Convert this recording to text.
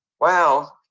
wow